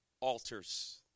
altars